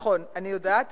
נכון, אני יודעת,